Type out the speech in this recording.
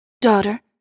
Daughter